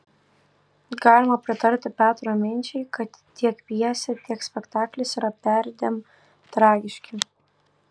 galima pritarti petro minčiai kad tiek pjesė tiek spektaklis yra perdėm tragiški